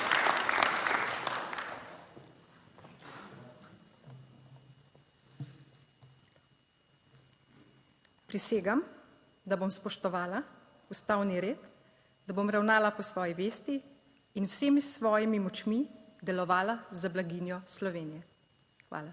Prisegam, da bom spoštovala ustavni red, da bom ravnala po svoji vesti in z vsemi svojimi močmi delovala za blaginjo Slovenije. Hvala.